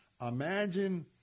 Imagine